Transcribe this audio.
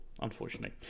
unfortunately